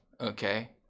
Okay